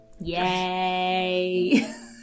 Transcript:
Yay